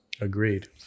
Agreed